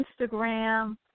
Instagram